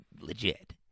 legit